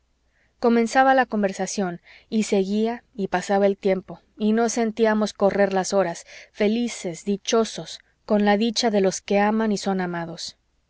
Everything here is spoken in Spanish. comenzaba la conversación y seguía y pasaba el tiempo y no sentíamos correr las horas felices dichosos con la dicha de los que aman y son amados